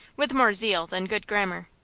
with more zeal than good grammar.